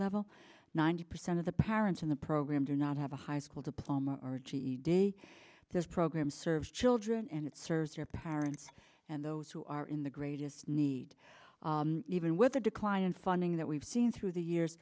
level ninety percent of the parents in the program do not have a high school diploma or ged this program serves children and it serves your parents and those who are in the greatest need even with the decline in funding that we've seen through the years